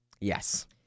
Yes